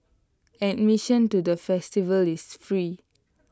admission to the festival is free